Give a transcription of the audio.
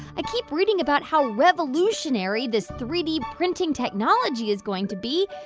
i keep reading about how revolutionary this three d printing technology is going to be.